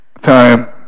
Time